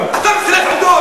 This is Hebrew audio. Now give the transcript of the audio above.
תתבייש.